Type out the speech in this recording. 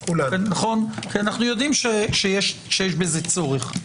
כי אנו יודעים שיש בזה צורך,